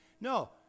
No